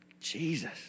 Jesus